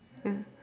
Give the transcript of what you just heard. uh